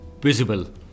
visible